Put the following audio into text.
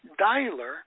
dialer